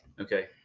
Okay